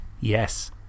Yes